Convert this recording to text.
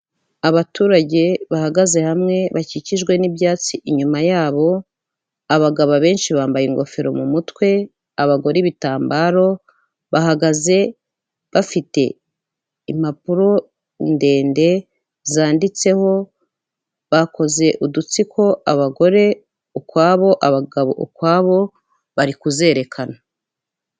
Abaturage bahagaze hamwe bakikijwe n'ibyatsi inyuma yabo, abagabo abenshi bambaye ingofero mu mutwe, abagore ibitambaro, bahagaze bafite impapuro ndende zanditseho, bakoze udutsiko, abagore ukwabo, abagabo ukwabo, bari kuzerekana.